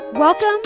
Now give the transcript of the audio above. Welcome